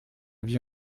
vie